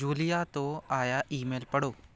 Julia ਤੋਂ ਆਇਆ email ਪੜ੍ਹੋ